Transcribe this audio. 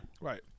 Right